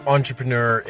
Entrepreneur